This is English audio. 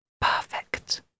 perfect